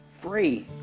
free